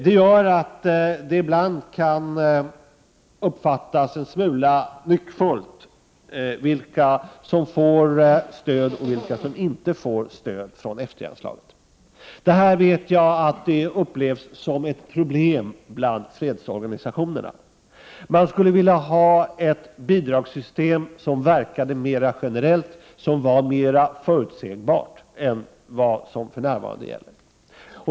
Det gör att det ibland kan uppfattas som en smula nyckfullt vilka som får resp. inte får stöd ur F 3-anslaget. Jag vet att detta upplevs som ett problem bland fredsorganisationerna. Det vore bra med ett bidragssystem som verkade mer generellt och mer förutsägbart än anslaget för närvarande gör.